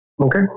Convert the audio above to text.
okay